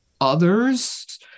others